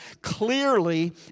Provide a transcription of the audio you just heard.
clearly